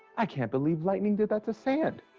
i can't believe lightning did that to sand.